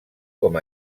com